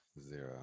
zero